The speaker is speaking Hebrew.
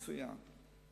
מצוין.